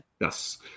Yes